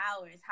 hours